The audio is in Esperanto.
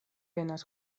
venas